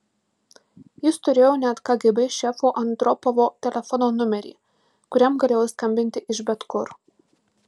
jis turėjo net kgb šefo andropovo telefono numerį kuriam galėjo skambinti iš bet kur